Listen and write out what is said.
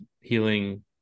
healing